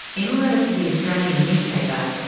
in a letter to the australian newspaper,